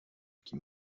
qui